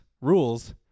rules